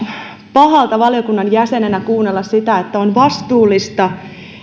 pahalta valiokunnan jäsenenä kuunnella sitä että on vastuullista